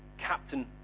captain